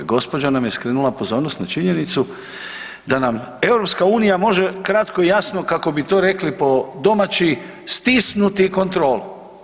Gospođa nam je skrenula pozornost na činjenicu da nam EU može kratko i jasno kako bi to rekli po domaći stisnuti kontrolu.